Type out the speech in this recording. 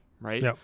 right